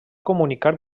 comunicar